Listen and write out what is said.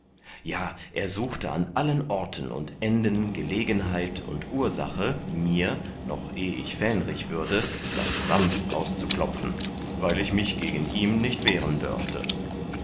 ja er suchte an allen orten und enden gelegenheit und ursache mir noch eh ich fähnrich würde das wams auszuklopfen weil ich mich gegen ihm nicht wehren dörfte